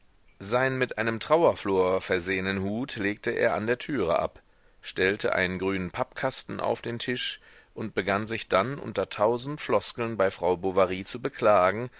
seinen mit einem trauerflor versehenen hut legte er an der türe ab stellte einen grünen pappkasten auf den tisch und begann sich dann unter tausend floskeln bei frau bovary zu beklagen